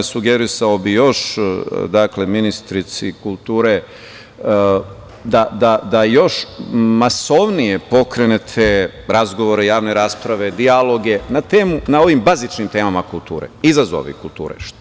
Sugerisao bih još ministrici kulture, da još masovnije pokrenete razgovore, javne rasprave, dijaloge na ovim bazičnim temama kulture, izazovi kulture.